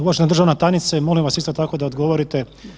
Uvažena državna tajnice, molim vas, isto tako da odgovorite.